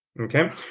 Okay